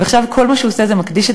ועכשיו כל מה שהוא עושה זה מקדיש את